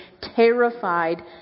terrified